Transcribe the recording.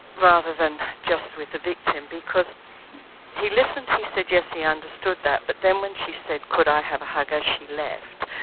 rather than just with the victim, because he listened, he um suggests he understood that, but then when she said, could i have a hug? as she left,